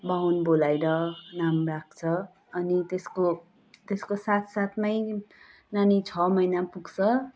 बाहुन बोलाएर नाम राख्छ अनि त्यसको त्यसको साथ साथमै नानी छ महिना पुग्छ